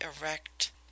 erect